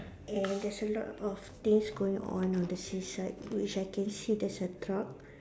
and there's a lot of things going on on the seaside which I can see there's a truck